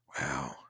Wow